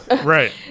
Right